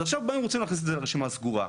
ועכשיו באים ורוצים להכניס את זה לרשימה הסגורה.